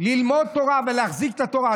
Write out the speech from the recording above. ללמוד תורה ולהחזיק את התורה.